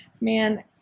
man